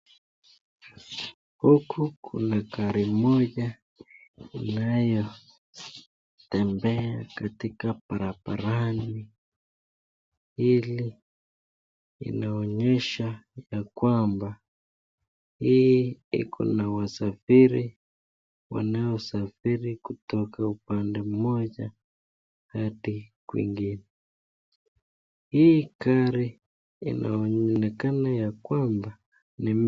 Huku Kuna gari moja inayotembea katika barabarani hili inaonyesha ya kwamba hii hiko na wasafiri wanaosafiri kutoka upande moja hadi kwingine hii gari inaonekana ya kwamba ni.